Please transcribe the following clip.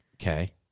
Okay